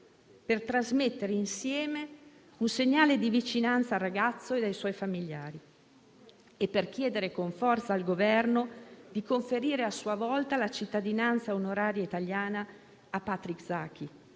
per trasmettere insieme un segnale di vicinanza al ragazzo e ai suoi familiari e per chiedere con forza al Governo di conferire, a sua volta, la cittadinanza onoraria italiana a Patrick Zaki,